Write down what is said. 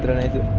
but neither